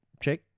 check